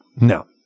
No